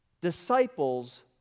Disciples